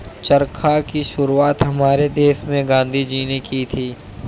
चरखा की शुरुआत हमारे देश में गांधी जी ने की थी